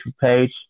page